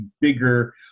bigger